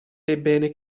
ebbene